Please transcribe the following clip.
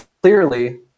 clearly